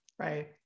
Right